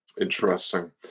Interesting